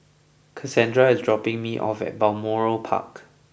Cassandra is dropping me off at Balmoral Park